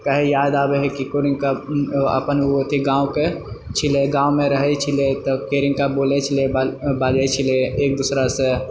कही ओ याद आबए हइ अपन ओ गांँवके गांँवमे रहए छलिऐ तऽ केना बोलए छलिऐ बाजए छलिऐ एक दूसरासँ